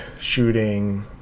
shooting